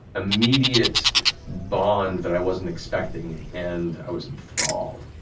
immediate bond that i wasn't expecting, and i was enthralled.